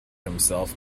himself